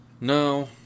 No